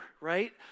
right